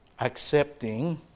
accepting